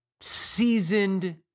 seasoned